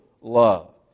love